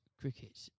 cricket